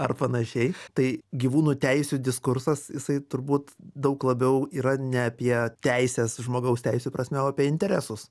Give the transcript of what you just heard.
ar panašiai tai gyvūnų teisių diskursas jisai turbūt daug labiau yra ne apie teises žmogaus teisių prasme o apie interesus